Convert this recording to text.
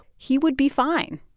he would be fine.